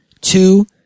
Two